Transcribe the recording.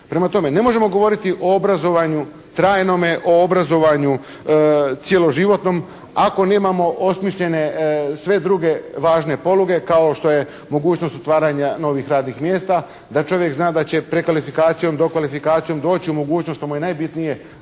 Prema tome, ne možemo govoriti o obrazovanju trajnome, o obrazovanju cjeloživotnom ako nemamo osmišljene sve druge važne poluge kao što je mogućnost otvaranja novih radnih mjesta da čovjek zna da će prekvalifikacijom, dokvalifikacijom doći u mogućnost, to mu je najbitnije,